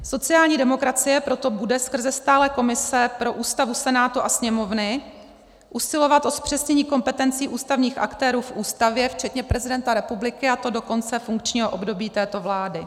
Sociální demokracie proto bude skrze stálé komise pro Ústavu Senátu a Sněmovny usilovat o zpřesnění kompetencí ústavních aktérů v Ústavě včetně prezidenta republiky, a to do konce funkčního období této vlády.